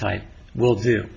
type will do